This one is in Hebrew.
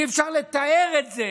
אי-אפשר לתאר את זה.